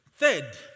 Third